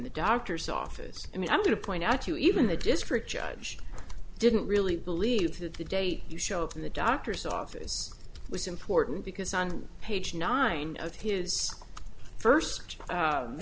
the doctor's office i mean i'm going to point out you even the district judge didn't really believe that the date you show up in the doctor's office was important because on page nine of his first